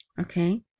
Okay